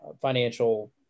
financial